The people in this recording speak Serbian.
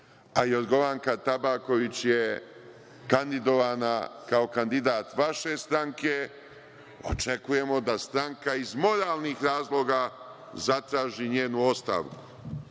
a Jorgovanka Tabaković je kandidovana kao kandidat vaše stranke, očekujemo da stranka iz moralnih razloga zatraži njenu ostavku.